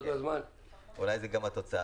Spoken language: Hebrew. אולי זה גם התוצאה.